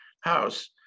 house